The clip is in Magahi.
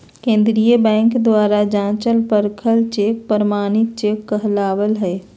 केंद्रीय बैंक द्वारा जाँचल परखल चेक प्रमाणित चेक कहला हइ